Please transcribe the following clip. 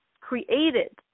created